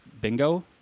bingo